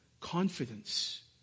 confidence